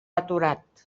aturat